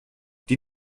die